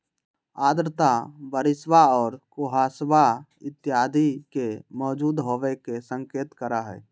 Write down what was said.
आर्द्रता बरिशवा और कुहसवा इत्यादि के मौजूद होवे के संकेत करा हई